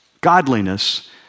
godliness